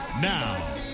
Now